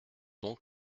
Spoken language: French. donc